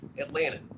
Atlanta